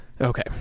Okay